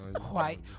White